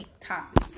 top